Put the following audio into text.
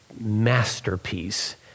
masterpiece